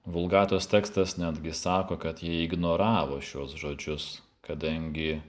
vulgatos tekstas netgi sako kad jį ignoravo šiuos žodžius kadangi